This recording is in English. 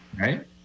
right